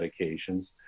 medications